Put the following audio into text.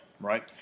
Right